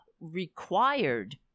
required